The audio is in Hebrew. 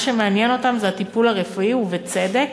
מה שמעניין אותם זה הטיפול הרפואי, ובצדק.